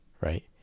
right